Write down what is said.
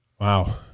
Wow